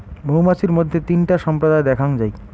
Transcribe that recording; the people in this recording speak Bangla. মৌমাছির মইধ্যে তিনটা সম্প্রদায় দ্যাখাঙ যাই